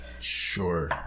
Sure